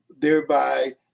thereby